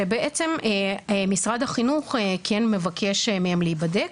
שבעצם משרד החינוך כן מבקש מהם להיבדק